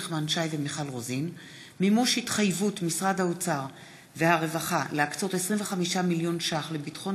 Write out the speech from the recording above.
נחמן שי ומיכל רוזין בנושא: ירידה בצמיחת המשק הישראלי וחשש מכניסה